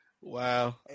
Wow